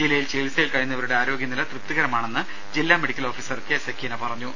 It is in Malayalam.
ജില്ലയിൽ ചികിത്സയിൽ കഴിയുന്നവരുടെ ആരോഗ്യനില തൃപ്തികരമാണെന്ന് ജില്ലാ മെഡിക്കൽ ഓഫീസർ കെ സക്കീന അറിയിച്ചു